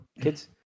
kids